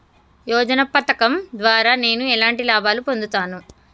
యోజన పథకం ద్వారా నేను ఎలాంటి లాభాలు పొందుతాను?